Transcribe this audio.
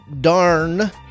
darn